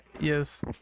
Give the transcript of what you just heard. Yes